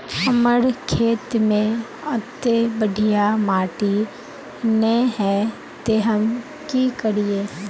हमर खेत में अत्ते बढ़िया माटी ने है ते हम की करिए?